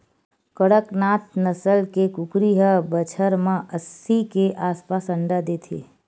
कड़कनाथ नसल के कुकरी ह बछर म अस्सी के आसपास अंडा देथे